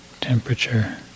temperature